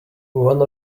one